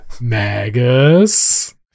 Magus